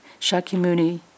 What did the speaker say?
Shakyamuni